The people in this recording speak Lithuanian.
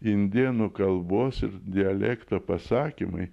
indėnų kalbos ir dialekto pasakymai